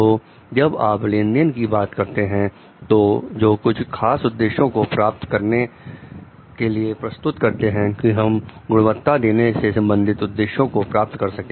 तो जब आप लेन देन की बात करते हैं जो कुछ खास उद्देश्यों को प्राप्त करने के लिए प्रस्तुत करते हैं कि हम गुणवत्ता देने से संबंधित उद्देश्यों को प्राप्त कर सकें